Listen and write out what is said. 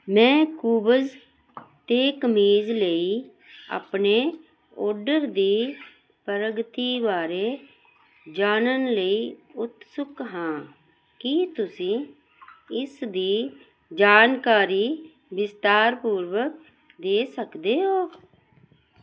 ਮੈਂ ਕੂਵਜ਼ 'ਤੇ ਕਮੀਜ਼ ਲਈ ਆਪਣੇ ਓਰਡਰ ਦੀ ਪ੍ਰਗਤੀ ਬਾਰੇ ਜਾਣਨ ਲਈ ਉਤਸੁਕ ਹਾਂ ਕੀ ਤੁਸੀਂ ਇਸ ਦੀ ਜਾਣਕਾਰੀ ਵਿਸਥਾਰਪੂਰਵਕ ਦੇ ਸਕਦੇ ਹੋ